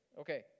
Okay